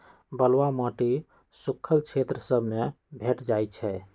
बलुआ माटी सुख्खल क्षेत्र सभ में भेंट जाइ छइ